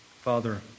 Father